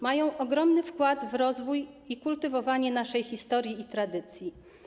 Mają ogromny wkład w rozwój i kultywowanie naszej historii i tradycji.